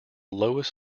lowest